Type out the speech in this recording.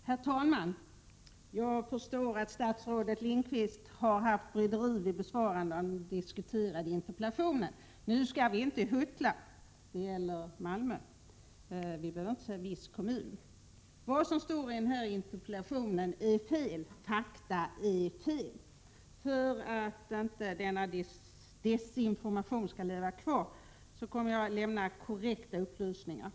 Herr talman! Jag förstår att statsrådet Lindqvist har varit i bryderi vid besvarandet av den nu diskuterade interpellationen. Nu skall vi inte huttla. Det gäller Malmö — vi behöver inte säga ”en viss kommun”. Det som står i denna interpellation är fel. Fakta är fel. För att inte denna desinformation skall leva kvar, kommer jag att lämna korrekta upplysningar.